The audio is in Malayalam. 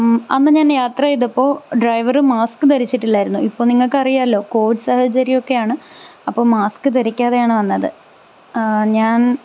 അന്ന് ഞാൻ യാത്ര ചെയ്തപ്പോൾ ഡ്രൈവർ മാസ്ക് ധരിച്ചിട്ടില്ലായിരുന്നു ഇപ്പോൾ നിങ്ങൾക്ക് അറിയാലോ കോവിഡ് സാഹചര്യമൊക്കെയാണ് അപ്പോൾ മാസ്ക് ധരിക്കാതെയാണ് വന്നത് ഞാൻ